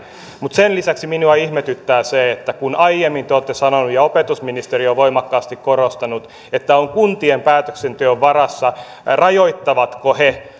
mutta sen lisäksi minua ihmetyttää se kun aiemmin te olette sanonut ja opetusministeri on voimakkaasti korostanut että on kuntien päätöksenteon varassa rajoittavatko he